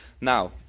Now